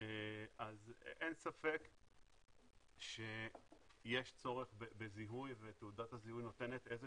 אז אין ספק שיש צורך בזיהוי ותעודת הזהות נותנת איזה